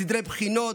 סדרי בחינות,